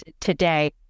today